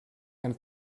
and